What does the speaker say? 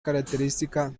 característica